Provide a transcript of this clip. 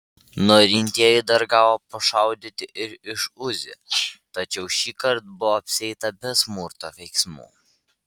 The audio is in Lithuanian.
norintieji dar gavo pašaudyti ir iš uzi tačiau šįkart buvo apsieita be smurto veiksmų